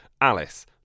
Alice